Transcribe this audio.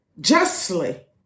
justly